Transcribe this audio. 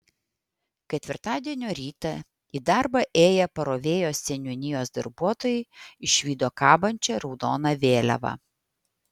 ketvirtadienio rytą į darbą ėję parovėjos seniūnijos darbuotojai išvydo kabančią raudoną vėliavą